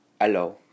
Hello